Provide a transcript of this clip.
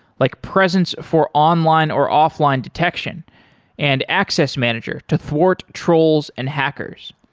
like presence for online or offline detection and access manager to thwart trolls and hackers.